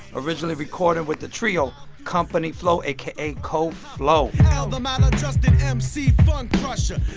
originally recorded with the trio company flow aka co flow el the maladjusted emcee, funcrusher.